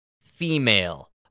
female